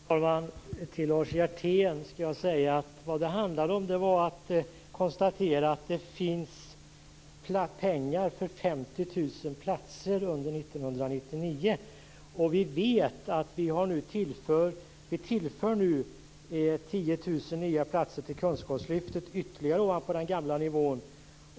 Herr talman! Till Lars Hjertén skall jag säga att det handlade om att konstatera att det finns pengar för 50 000 platser under 1999. Vi tillför nu 10 000 nya platser till kunskapslyftet ovanpå den gamla nivån.